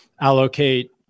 allocate